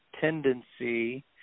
tendency